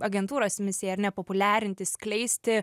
agentūros misija ar ne populiarinti skleisti